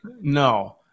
no